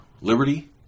liberty